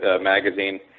magazine